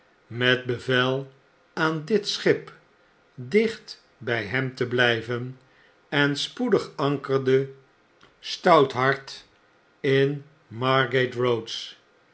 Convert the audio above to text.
met bevel aan dit schip dicht bghemte blijven en spoedig ankerde stouthart in margate roads